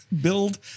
Build